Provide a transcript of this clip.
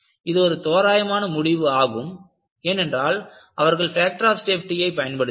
இது ஒரு தோராயமான முடிவு ஆகும்ஏனென்றால் அவர்கள் ஃபேக்டர் ஆப் சேஃப்டியை பயன்படுத்தினர்